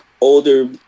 older